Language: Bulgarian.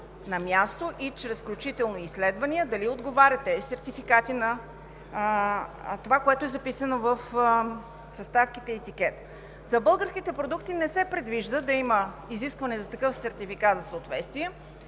на място – включително чрез изследвания, дали отговарят тези сертификати на това, което е записано в съставките и етикета. За българските продукти не се предвижда да има изискване за такъв сертификат за съответствие.